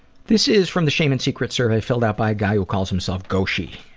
this is from the shame and secrets survey filled out by a guy who calls himself goshey